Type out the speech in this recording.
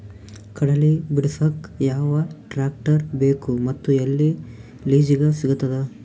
ಕಡಲಿ ಬಿಡಸಕ್ ಯಾವ ಟ್ರ್ಯಾಕ್ಟರ್ ಬೇಕು ಮತ್ತು ಎಲ್ಲಿ ಲಿಜೀಗ ಸಿಗತದ?